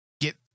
get